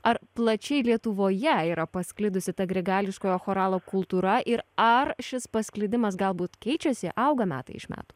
ar plačiai lietuvoje yra pasklidusi ta grigališkojo choralo kultūra ir ar šis pasklidimas galbūt keičiasi auga metai iš metų